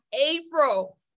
April